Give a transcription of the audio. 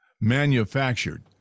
manufactured